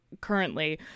currently